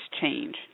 change